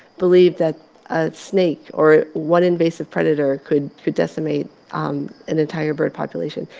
believed that a snake or one invasive predator could could decimate um an entire bird population.